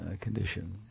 condition